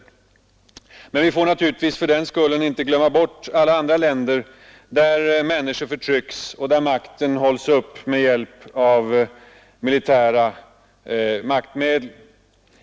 Men vi får naturligtvis inte fördenskull glömma bort alla andra länder i vilka människor förtrycks och där makten hålls uppe med hjälp av militära maktmedel.